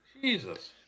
Jesus